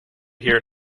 here